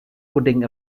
pudding